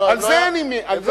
על זה אני מלין.